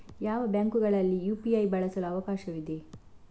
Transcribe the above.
ಯಾವ ಬ್ಯಾಂಕುಗಳಲ್ಲಿ ಯು.ಪಿ.ಐ ಬಳಸಲು ಅವಕಾಶವಿದೆ?